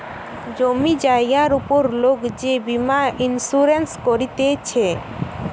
জমি জায়গার উপর লোক যে বীমা ইন্সুরেন্স করতিছে